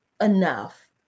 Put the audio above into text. enough